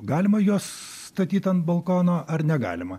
galima juos statyti ant balkono ar negalima